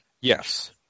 Yes